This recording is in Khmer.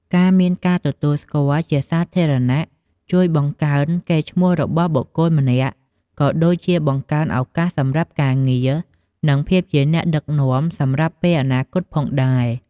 ការមានការទទួលស្គាល់់ជាសាធារណៈជួយបង្កើនកេរ្តិ៍ឈ្មោះរបស់បុគ្គលម្នាក់ ក៏ដូចជាបង្កើនឱកាសសម្រាប់ការងារ និងភាពជាអ្នកដឹកនាំសម្រាប់ពេលអនាគតផងដែរ។